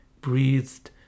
breathed